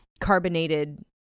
carbonated